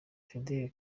fidele